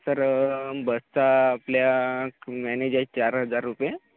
sir बसचा आपल्या manage आहे चार हजार रुपये